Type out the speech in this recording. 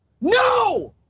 No